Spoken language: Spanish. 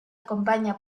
acompaña